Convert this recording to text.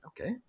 okay